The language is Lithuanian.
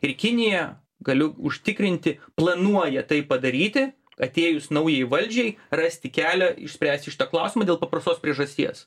ir kinija galiu užtikrinti planuoja tai padaryti atėjus naujai valdžiai rasti kelią išspręsti šitą klausimą dėl paprastos priežasties